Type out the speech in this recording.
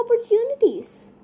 opportunities